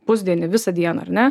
pusdienį visą dieną ar ne